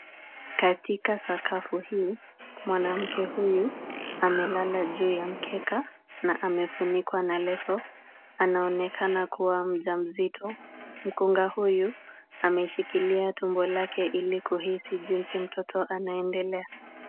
Katika sakafu hii, mwanamke huyu amelala juu ya mkeka na amefunikwa na leso. Anaonekana kuwa mjamzito. Mkunga huyu ameshikilia tumbo lake ili kuhisi jinsi mtoto anaendelea.